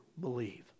believe